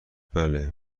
بله